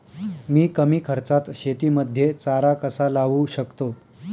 मी कमी खर्चात शेतीमध्ये चारा कसा लावू शकतो?